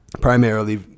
primarily